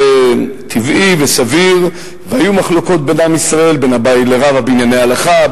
זה טבעי וסביר והיו מחלוקות בעם ישראל בין אביי לרבא בענייני הלכה,